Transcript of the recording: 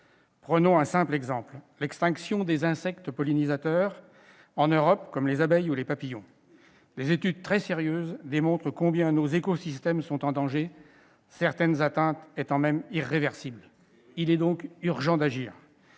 Prenons un exemple simple, l'extinction, en Europe, des insectes pollinisateurs, comme les abeilles ou les papillons. Des études très sérieuses démontrent combien nos écosystèmes sont en danger, certaines atteintes étant même irréversibles. Eh oui ! Il est donc urgent d'agir,